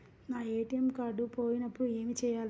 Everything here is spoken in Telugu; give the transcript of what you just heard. నా ఏ.టీ.ఎం కార్డ్ పోయినప్పుడు ఏమి చేయాలి?